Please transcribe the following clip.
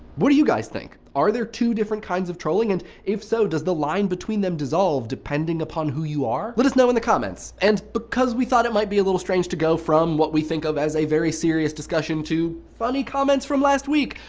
what do you guys think? are there two different kinds of trolling? and if so, does the line between them dissolve depending upon who you are? let us know in the comments. and because we thought it might be a little strange to go from what we think of as a very serious discussion to funny comments from last week,